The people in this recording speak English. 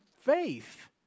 faith